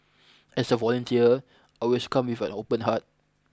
as a volunteer I always come with an open heart